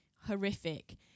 horrific